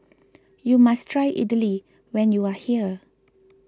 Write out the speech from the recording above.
you must try Idili when you are here